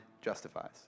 justifies